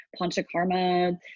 panchakarma